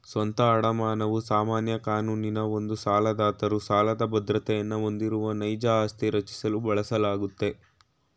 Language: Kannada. ಸ್ವಂತ ಅಡಮಾನವು ಸಾಮಾನ್ಯ ಕಾನೂನಿನ ಒಂದು ಸಾಲದಾತರು ಸಾಲದ ಬದ್ರತೆಯನ್ನ ಹೊಂದಿರುವ ನೈಜ ಆಸ್ತಿ ರಚಿಸಲು ಬಳಸಲಾಗುತ್ತೆ